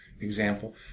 example